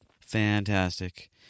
fantastic